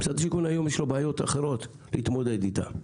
למשרד השיכון יש היום בעיות אחרות להתמודד איתן.